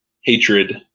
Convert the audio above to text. hatred